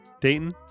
Dayton